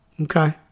Okay